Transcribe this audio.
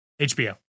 HBO